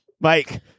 Mike